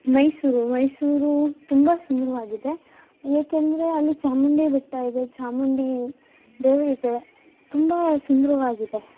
ಮೈಸೂರು ಮೈಸೂರು ತುಂಬ ಸುಂದರವಾಗಿದೆ ಏಕೆಂದರೆ ಅಲ್ಲಿ ಚಾಮುಂಡಿಬೆಟ್ಟ ಇದೆ ಚಾಮುಂಡಿ ದೇವ್ರು ಇದೆ ತುಂಬ ಸುಂದರವಾಗಿದೆ